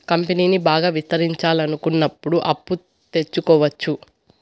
కంపెనీని బాగా విస్తరించాలనుకున్నప్పుడు అప్పు తెచ్చుకోవచ్చు